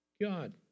God